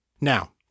Now